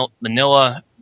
Manila